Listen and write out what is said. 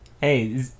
Hey